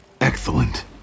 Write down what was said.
Excellent